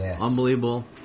unbelievable